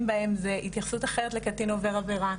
בהם הוא התייחסות אחרת לקטין עובר עבירה,